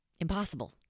Impossible